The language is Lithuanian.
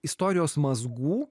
istorijos mazgų